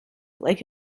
like